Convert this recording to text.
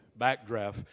Backdraft